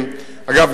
אגב,